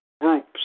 groups